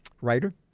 writer